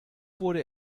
wurde